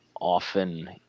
often